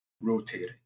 rotating